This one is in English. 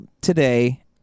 today